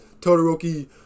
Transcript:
Todoroki